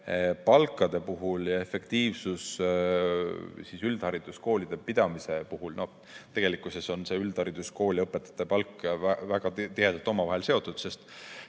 palkade puhul ja efektiivsus üldhariduskoolide pidamise puhul. Tegelikkuses on üldhariduskool ja õpetajate palk väga tihedalt omavahel seotud, sest